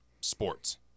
sports